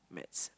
maths